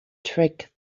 trick